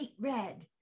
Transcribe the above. red